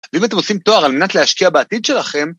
אם אתם עושים תואר על מנת להשקיע בעתיד שלכם